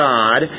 God